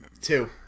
Two